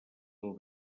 del